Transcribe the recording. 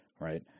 right